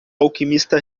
alquimista